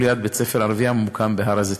ליד בית-ספר ערבי הממוקם בהר-הזיתים.